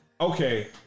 Okay